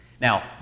Now